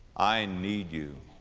i need you.